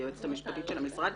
כיועצת המשפטית של המשרד,